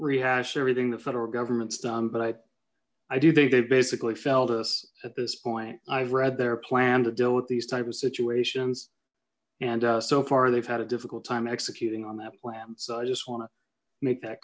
rehash everything the federal government's done but i i do think they've basically failed us at this point i've read their plan to deal with these type of situations and so far they've had a difficult time executing on that plan so i just want to make that